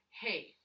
hey